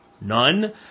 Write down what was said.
none